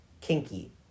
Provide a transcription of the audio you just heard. Kinky